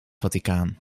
vaticaan